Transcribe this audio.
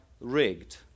rigged